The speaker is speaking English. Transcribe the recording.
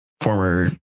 former